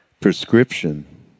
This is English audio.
prescription